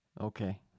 Okay